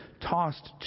tossed